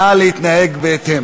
נא להתנהג בהתאם.